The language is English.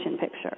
picture